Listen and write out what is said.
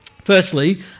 Firstly